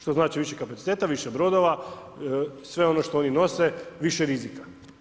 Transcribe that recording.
Što znači više kapaciteta, više brodova, sve ono što oni nose, više rizika.